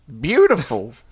beautiful